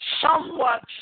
somewhat